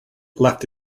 left